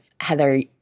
Heather